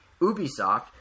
Ubisoft